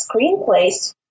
screenplays